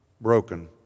broken